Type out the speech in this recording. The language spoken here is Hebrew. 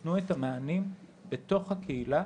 שיתנו את המענים בתוך הקהילה.